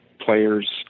players